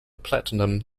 platinum